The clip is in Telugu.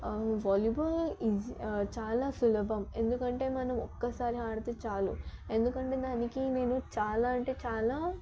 వాలీబాల్ ఈజీ చాలా సులభం ఎందుకంటే మనం ఒకసారి ఆడితే చాలు ఎందుకంటే దానికి నేను చాలా అంటే చాలా